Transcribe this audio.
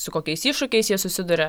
su kokiais iššūkiais jie susiduria